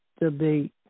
debate